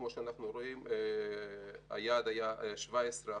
כמו שאנחנו רואים היעד היה 17%,